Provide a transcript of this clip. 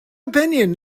opinion